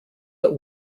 that